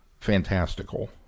fantastical